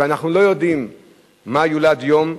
אנחנו לא יודעים מה ילד יום,